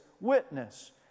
witness